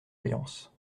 alliance